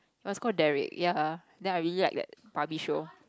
was called Derrick ya then I really like that Barbie show